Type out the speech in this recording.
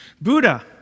Buddha